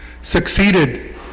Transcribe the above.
succeeded